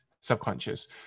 subconscious